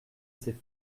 ses